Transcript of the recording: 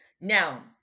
Now